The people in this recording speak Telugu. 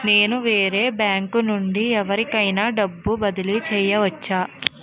నేను వేరే బ్యాంకు నుండి ఎవరికైనా డబ్బు బదిలీ చేయవచ్చా?